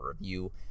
review